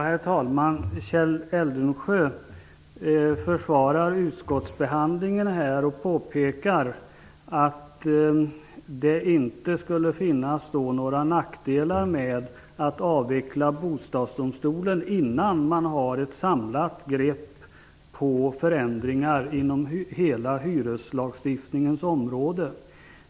Herr talman! Kjell Eldensjö försvarar utskottsbehandlingen och påpekar att det inte skulle finnas några nackdelar med att avveckla Bostadsdomstolen innan man har ett samlat grepp om förändringar inom hela hyreslagstiftningens område.